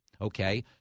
okay